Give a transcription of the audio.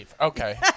Okay